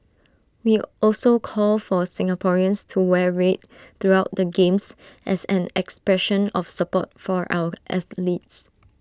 we also call for Singaporeans to wear red throughout the games as an expression of support for our athletes